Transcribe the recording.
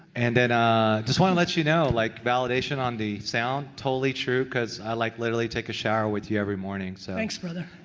and then, just want to let you know, like validation on the sound, totally true cause i like literally take a shower with you every morning, so. thanks brother.